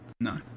No